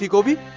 like will be